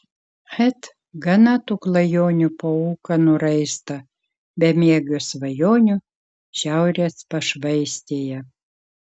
et gana tų klajonių po ūkanų raistą bemiegių svajonių šiaurės pašvaistėje